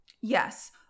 yes